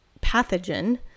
pathogen